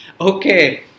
okay